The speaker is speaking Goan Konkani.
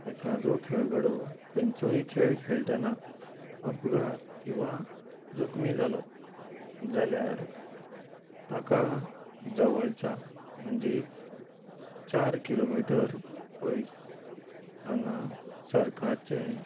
एकादो खेळगडो खंयचोय खेळ खेळटाना अपघात किंवां जखमी जालो जाल्यार ताका जवळच्या म्हणजे चार किलोमीटर पयस हांगा सरकाराचे